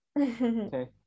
Okay